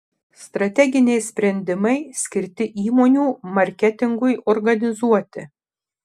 strateginiai sprendimai skirti įmonių marketingui organizuoti